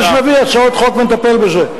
אז נביא הצעות חוק ונטפל בזה.